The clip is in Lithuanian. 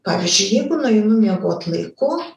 pavyzdžiui jeigu nueinu miegot laiku